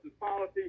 policy